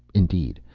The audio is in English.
indeed,